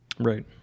Right